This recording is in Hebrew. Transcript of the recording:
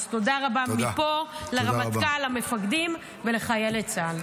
אז תודה רבה מפה לרמטכ"ל, למפקדים ולחיילי צה"ל.